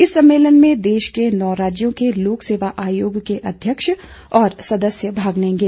इस सम्मेलन में देश के नौ राज्यों के लोक सेवा आयोग के अध्यक्ष और सदस्य भाग लेंगे